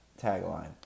tagline